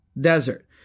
desert